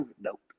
Nope